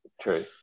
True